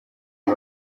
uko